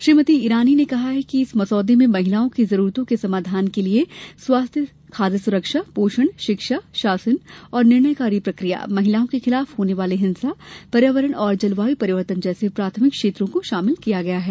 श्रीमती ईरानी ने कहा कि इस मसौदे में महिलाओं की जरूरतों के समाधान के लिए स्वास्थ्य खाद्य सुरक्षा पोषण शिक्षा शासन और निर्णयकारी प्रक्रिया महिलाओं के खिलाफ होने वाली हिंसा पर्यावरण तथा जलवायु परिवर्तन जैसे प्राथमिक क्षेत्रों को शामिल किया गया है